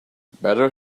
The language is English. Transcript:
better